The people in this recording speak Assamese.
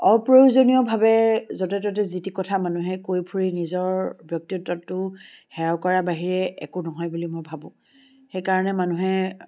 অপ্ৰয়োজনীয়ভাৱে য'তে ত'তে যি তি কথা মানুহে কৈ ফুৰি নিজৰ ব্যক্তিত্বটো হেও কৰাৰ বাহিৰে একো নহয় বুলি মই ভাবোঁ সেইকাৰণে মানুহে